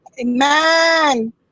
Amen